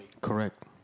correct